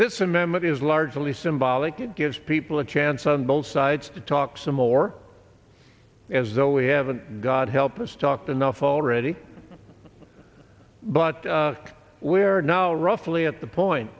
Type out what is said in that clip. this amendment is largely symbolic it gives people a chance on both sides to talk some more as though we have a god help us talked enough already but we're now roughly at the point